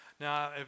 Now